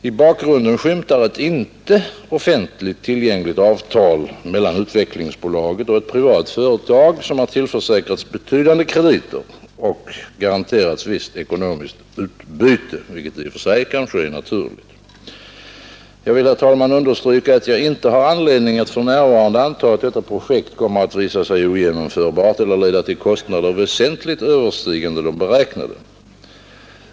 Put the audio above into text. I bakgrunden skymtar ett inte offentligt tillgängligt avtal mellan Utvecklingsbolaget och ett privat företag som har tillförsäkrats betydande krediter och garanterats visst ekonomiskt utbyte, vilket kanske i och för sig är naturligt. Jag vill, herr talman, understryka att jag inte har anledning att för närvarande anta att detta projekt kommer att visa sig ogenomförbart eller leda till kostnader väsentligt överstigande de beräknade.